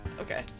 Okay